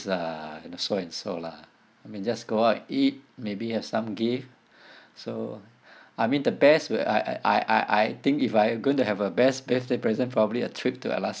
uh in a so and so lah I mean just go out and eat maybe have some gift so I mean the best where I I I I I think if I going to have a best birthday present probably a trip to alas~